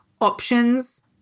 options